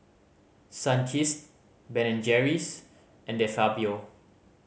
Sunkist Ben and Jerry's and De Fabio